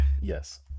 Yes